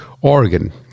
Oregon